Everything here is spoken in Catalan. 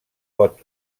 pot